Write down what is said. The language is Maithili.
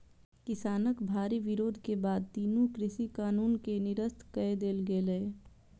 किसानक भारी विरोध के बाद तीनू कृषि कानून कें निरस्त कए देल गेलै